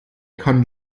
kann